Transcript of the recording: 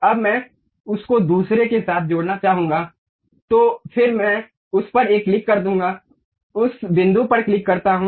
अब मैं उस एक को दूसरे के साथ जोड़ना चाहता हूं फिर से मैं उस एक पर क्लिक करता हूं उस बिंदु पर क्लिक करता हूं